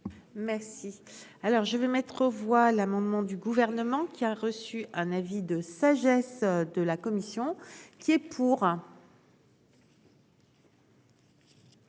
Merci, alors je vais mettre aux voix l'amendement du gouvernement qui a reçu un avis de sagesse de la commission qui est pour.